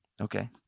Okay